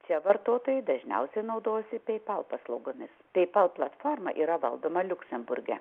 čia vartotojai dažniausiai naudosi paypal paslaugomis paypal platforma yra valdoma liuksemburge